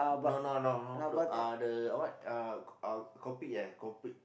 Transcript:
no no no no the uh the what uh uh Coupet eh Coupet